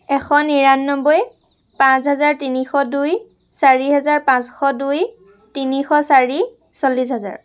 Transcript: এশ নিৰানব্বৈ পাঁচ হেজাৰ তিনিশ দুই চাৰি হেজাৰ পাঁচশ দুই তিনিশ চাৰি চল্লিছ হাজাৰ